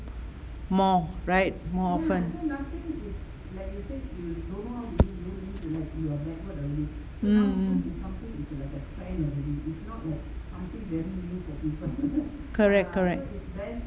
more right more often mm mm correct correct